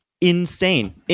insane